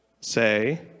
say